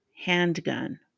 handgun